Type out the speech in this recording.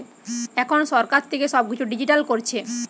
এখন সরকার থেকে সব কিছু ডিজিটাল করছে